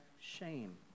shame